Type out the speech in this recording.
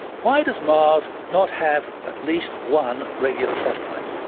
why does mars not have at least one regular satellite?